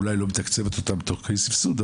אולי לא מתקצבת אותם תוך כדי סבסוד,